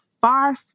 far